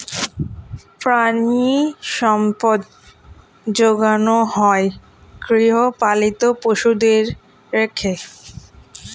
প্রাণিসম্পদ যোগানো হয় গৃহপালিত পশুদের রেখে